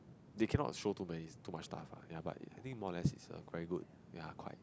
they cannot show too many too much stuff lah but I think more or less its a very good ya quite